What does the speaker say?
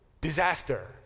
Disaster